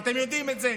ואתם יודעים את זה,